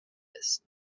this